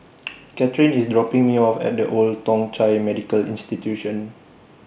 Kathyrn IS dropping Me off At The Old Thong Chai Medical Institution